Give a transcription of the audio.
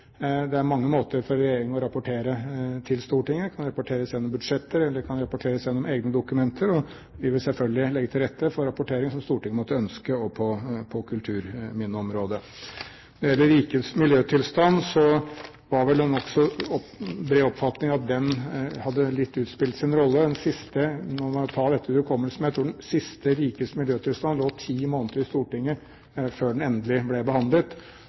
Det er mange måter for regjeringen å rapportere til Stortinget på. Det kan rapporteres gjennom budsjetter, eller det kan rapporteres gjennom egne dokumenter. Vi vil selvfølgelig legge til rette for den rapporteringen som Stortinget måtte ønske, også på kulturminneområdet. Når det gjelder meldingen om rikets miljøtilstand, var det vel en nokså utbredt oppfatning at den hadde utspilt sin rolle litt. Jeg må ta dette etter hukommelsen, men jeg tror den siste lå ti måneder i Stortinget før den endelig ble behandlet.